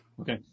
Okay